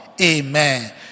Amen